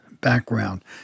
background